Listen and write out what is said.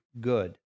good